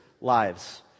lives